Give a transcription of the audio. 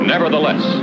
Nevertheless